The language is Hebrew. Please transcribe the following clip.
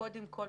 קודם כל,